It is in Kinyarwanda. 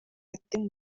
yateye